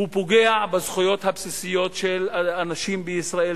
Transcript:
הוא פוגע בזכויות הבסיסיות של אנשים בישראל,